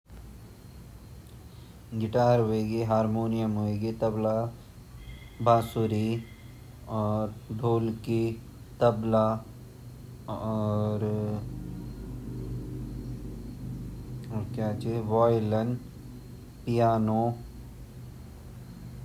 वाद्य यंत्रों जन जू ची बासुरी ची, ढोलकी छिन तबला छिन अर हार्मोनी छिन अर आपा गिटार विओलेन छिन बस इतीगे छिन।